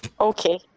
Okay